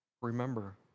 Remember